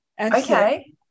okay